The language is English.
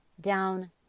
down